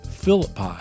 Philippi